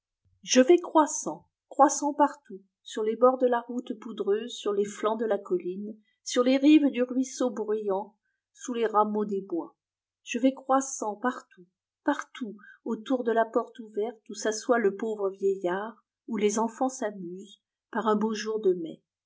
je vais croissant croissant partout sur les bords de la route poudreuse sur les flancs de la colline sur les rives du ruisseau bruyant sous les rameaux des bois je vais croissant partout partout autour de la porte ouverte où s'assoit le pauvre vieillard où les enfants s'amusent par un beau jour de mai